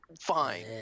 Fine